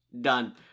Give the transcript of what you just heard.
done